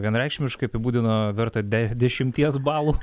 vienareikšmiškai apibūdino vertą de dešimties balų